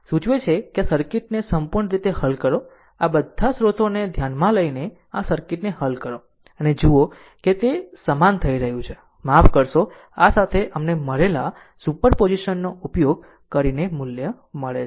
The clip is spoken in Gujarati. સૂચવે છે કે આ સર્કિટને સંપૂર્ણ રીતે હલ કરો આ બધા સ્રોતોને ધ્યાનમાં લઈને આ સર્કિટને હલ કરો અને જુઓ કે તે સમાન થઈ રહ્યું છે માફ કરશો આ સાથે અમને મળેલા સુપરપોઝિશન નો ઉપયોગ કરીને મૂલ્ય મળે છે